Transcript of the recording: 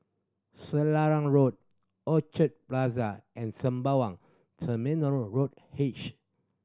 Selarang Road Orchard Plaza and Sembawang Terminal Road H